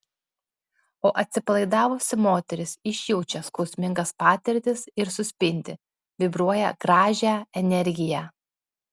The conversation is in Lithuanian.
o atsipalaidavusi moteris išjaučia skausmingas patirtis ir suspindi vibruoja gražią energiją